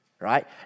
Right